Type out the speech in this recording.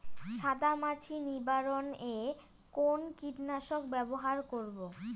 সাদা মাছি নিবারণ এ কোন কীটনাশক ব্যবহার করব?